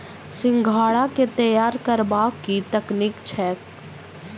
सिंघाड़ा केँ तैयार करबाक की तकनीक छैक?